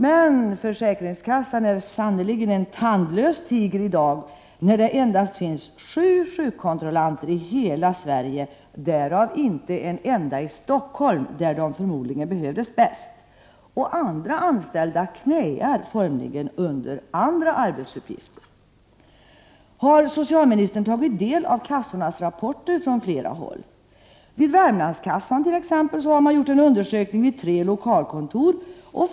Men försäkringskassan är sannerligen en tandlös tiger i dag, när det endast finns sju sjukkontrollanter i hela Sverige, därav inte en enda i Stockholm, där de förmodligen skulle behövas bäst. Andra anställda formligen knäar under andra arbetsuppgifter. Har socialministern tagit del av kassornas rapporter? Vid Värmlandskassan har man t.ex. gjort en undersökning vid tre lokalkontor.